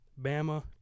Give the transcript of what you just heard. Bama